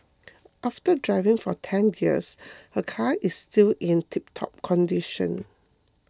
after driving for ten years her car is still in tiptop condition